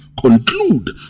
conclude